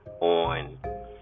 on